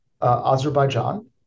Azerbaijan